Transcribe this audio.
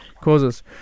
causes